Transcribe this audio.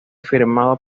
firmado